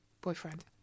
boyfriend